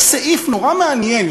יש סעיף מאוד מעניין,